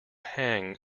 hang